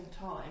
time